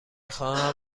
خواهم